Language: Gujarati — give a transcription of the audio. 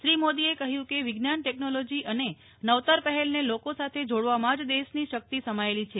શ્રી મોદીએ કહ્યું કે વિજ્ઞાન ટેકનોલોજી અને નવતર પહેલને લોકો સાથે જોડવામાં જ દેશની શક્તિ સમાયેલી છે